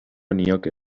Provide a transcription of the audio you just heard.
nioke